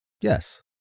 Yes